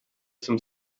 some